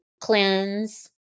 cleanse